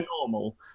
normal